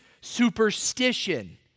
superstition